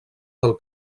del